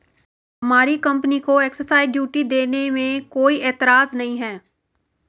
हमारी कंपनी को excise duty देने में कोई एतराज नहीं है